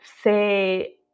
say